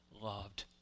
loved